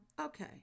okay